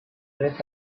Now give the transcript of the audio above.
this